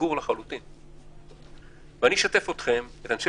ויש כזה